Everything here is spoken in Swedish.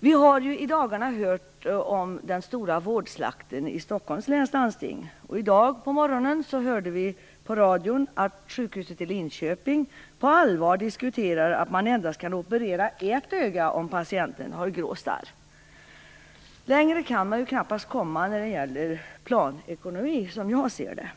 Vi har ju i dagarna hört om den stora vårdslakten i Stockholms läns landsting. I dag på morgonen kunde vi höra på radion att man på sjukhuset i Linköping på allvar diskuterar att endast operera ett öga på patienter som har grå starr. Längre kan man väl knappast komma när det gäller planekonomi, som jag ser det.